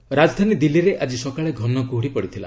ଓଓଦର ରାଜଧାନୀ ଦିଲ୍ଲୀରେ ଆଜି ସକାଳେ ଘନ କୁହୁଡ଼ି ପଡ଼ିଥିଲା